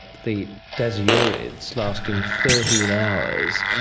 the dasyurids lasting thirteen hours,